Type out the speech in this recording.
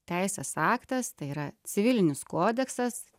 teisės aktas tai yra civilinis kodeksas